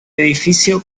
edificio